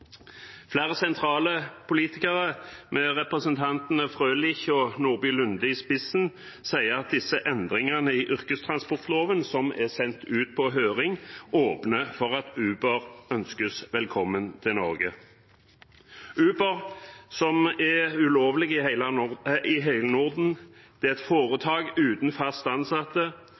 Flere sentrale politikere, med representantene Frølich og Nordby Lunde i spissen, sier at disse endringene i yrkestransportloven, som er sendt ut på høring, åpner opp for at Uber ønskes velkommen til Norge – Uber, som er ulovlig i hele Norden. Det er et foretak uten fast ansatte,